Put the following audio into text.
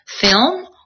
film